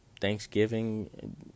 Thanksgiving